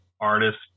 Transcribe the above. artist